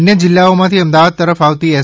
અન્ય જિલ્લાઓમાથી અમદાવાદ તરફ આવતી એસ